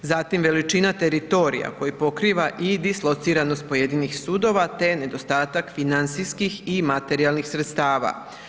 Zatim veličina teritorija koji pokriva i dislociranost pojedinih sudova te nedostatak financijskih i materijalnih sredstava.